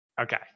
Okay